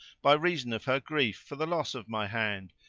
by reason of her grief for the loss of my hand,